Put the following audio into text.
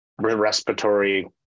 respiratory